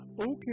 Okay